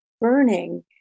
burning